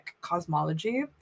cosmology